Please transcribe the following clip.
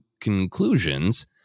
conclusions